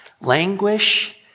languish